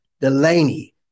Delaney